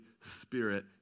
Spirit